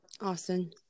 Austin